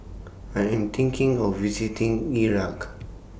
I Am thinking of visiting Iraq